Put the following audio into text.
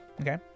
Okay